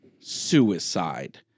suicide